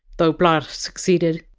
though bl? r succeeded,